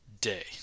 day